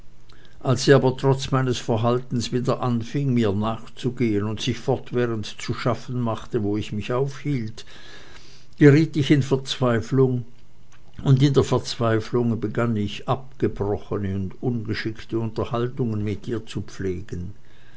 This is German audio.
als sie aber trotz meines verhaltens sogar wieder anfing mir nachzugehen und sich fortwährend zu schaffen machte wo ich mich aufhielt geriet ich in verzweiflung und in der verzweiflung begann ich abgebrochene und ungeschickte unterhaltungen mit ihr zu pflegen